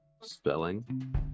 Spelling